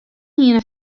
hiene